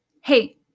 hey